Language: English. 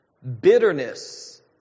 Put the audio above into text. Bitterness